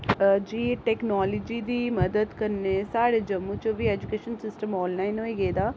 जी technology दी मदद कन्नै साढ़े जम्मू च बी एजुकेशन सिस्टम आनलाइन होई गेदा